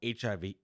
HIV